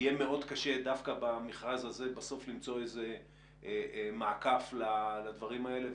יהיה מאוד קשה דווקא במכרז הזה למצוא מעקף לדברים האלה.